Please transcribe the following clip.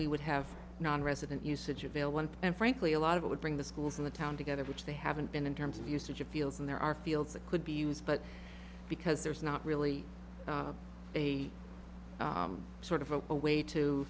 we would have nonresident usage of ale one and frankly a lot of it would bring the schools in the town together which they haven't been in terms of usage of fields and there are fields a could be used but because there's not really a sort of a way to